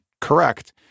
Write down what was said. correct